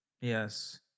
Yes